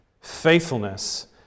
Faithfulness